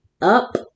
up